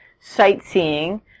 sightseeing